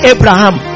Abraham